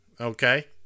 Okay